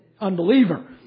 unbeliever